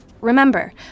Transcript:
Remember